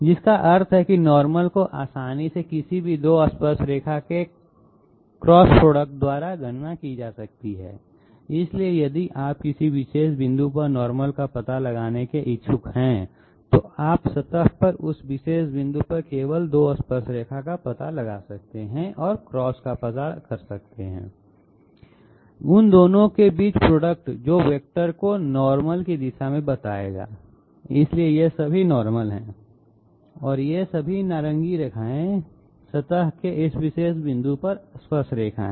जिसका अर्थ है कि नॉर्मल को आसानी से किसी भी 2 स्पर्शरेखा के क्रॉस प्रोडक्ट द्वारा गणना की जा सकती है इसलिए यदि आप किसी विशेष बिंदु पर नॉर्मल का पता लगाने के इच्छुक हैं तो आप सतह पर उस विशेष बिंदु पर केवल 2 स्पर्शरेखा का पता लगा सकते हैं और क्रॉस का पता लगा सकते हैं उन दोनों के बीच प्रोडक्ट जो वेक्टर को नॉर्मल की दिशा में बताएगा इसलिए ये सभी नॉर्मल हैं और ये सभी नारंगी रेखाएं सतह के इस विशेष बिंदु पर स्पर्शरेखा हैं